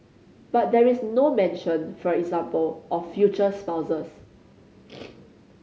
but there is no mention for example of future spouses